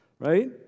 right